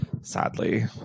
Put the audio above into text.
sadly